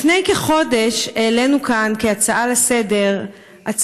לפני כחודש העלינו כאן בהצעה לסדר-היום